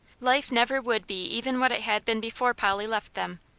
life never would be even what it had been before polly left them,